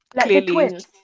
clearly